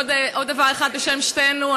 עוד דבר אחד בשם שתינו,